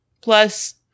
plus